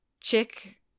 Chick